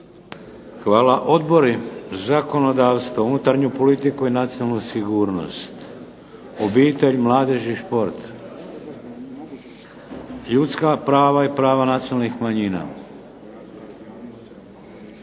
Hvala. Odbori za zakonodavstvo? Unutarnju politiku i nacionalnu sigurnost? Obitelj, mladež i šport? Ljudska prava i prava nacionalnih manjina?